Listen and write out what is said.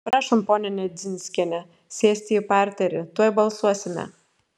prašom ponia nedzinskiene sėsti į parterį tuoj balsuosime